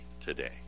today